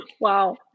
wow